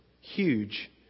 Huge